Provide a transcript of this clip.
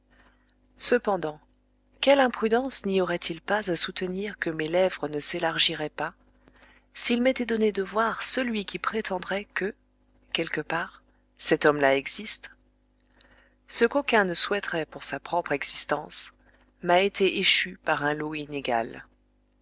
cependant quelle imprudence n'y aurait-il pas à soutenir que mes lèvres ne s'élargiraient pas s'il m'était donné de voir celui qui prétendrait que quelque part cet homme-là existe ce qu'aucun ne souhaiterait pour sa propre existence m'a été échu par un lot inégal